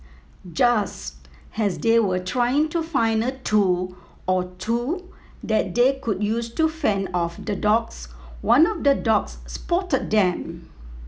just as they were trying to find a tool or two that they could use to fend off the dogs one of the dogs spotted them